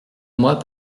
moi